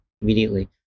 immediately